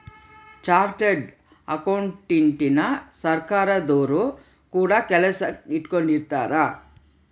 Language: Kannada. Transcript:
ಚಾರ್ಟರ್ಡ್ ಅಕೌಂಟೆಂಟನ ಸರ್ಕಾರದೊರು ಕೂಡ ಕೆಲಸಕ್ ಇಟ್ಕೊಂಡಿರುತ್ತಾರೆ